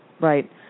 Right